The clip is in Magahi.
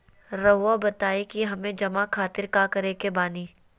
रहुआ बताइं कि हमें जमा खातिर का करे के बानी?